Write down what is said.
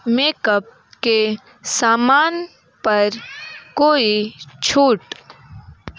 makeup के सामान पर कोई छूट